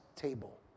table